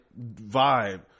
vibe